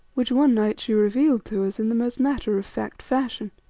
which one night she revealed to us in the most matter-of-fact fashion.